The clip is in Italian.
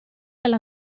alla